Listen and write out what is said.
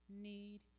need